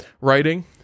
writing